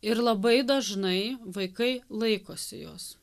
ir labai dažnai vaikai laikosi jos